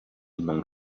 among